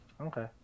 Okay